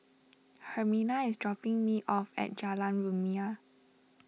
Hermina is dropping me off at Jalan Rumia